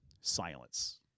Silence